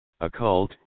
occult